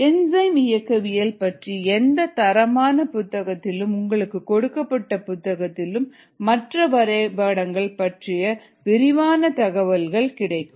enzyme இயக்கவியல் பற்றிய எந்த தரமான புத்தகத்திலும் உங்களுக்கு கொடுக்கப்பட்ட புத்தகத்திலும் மற்ற வரைபடங்கள் பற்றிய விரிவான தகவல் கிடைக்கும்